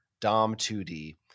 Dom2D